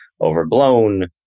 overblown